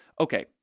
Okay